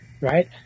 right